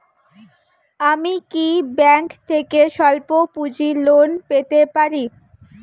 আমি কি ব্যাংক থেকে স্বল্প পুঁজির লোন পেতে পারি?